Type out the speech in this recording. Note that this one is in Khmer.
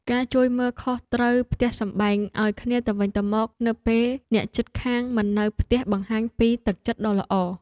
ការជួយមើលការខុសត្រូវផ្ទះសម្បែងឱ្យគ្នាទៅវិញទៅមកនៅពេលអ្នកជិតខាងមិននៅផ្ទះបង្ហាញពីទឹកចិត្តដ៏ល្អ។